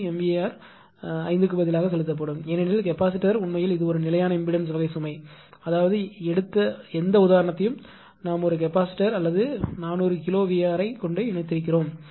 3 MVAr 5 க்கு பதிலாக செலுத்தப்படும் ஏனெனில் கெப்பாசிட்டர் உண்மையில் இது ஒரு நிலையான இம்பெடன்ஸ் வகை சுமை அதாவது எடுத்த எந்த உதாரணத்தையும் நாம் ஒரு கெப்பாசிட்டர் அல்லது 400 கிலோ VAr ஐ இணைத்திருக்கிறோம்